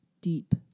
deep